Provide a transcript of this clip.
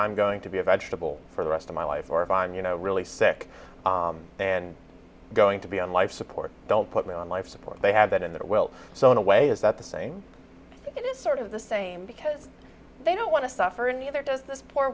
i'm going to be a vegetable for the rest of my life or if i'm you know really sick and going to be on life support don't put me on life support they have that in their will so in a way is that the same it is sort of the same because they don't want to suffer and neither does this poor